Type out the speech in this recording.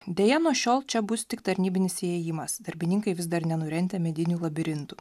deja nuo šiol čia bus tik tarnybinis įėjimas darbininkai vis dar nenurentę medinių labirintų